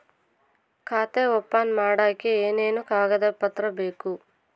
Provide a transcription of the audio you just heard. ಖಾತೆ ಓಪನ್ ಮಾಡಕ್ಕೆ ಏನೇನು ಕಾಗದ ಪತ್ರ ಬೇಕು?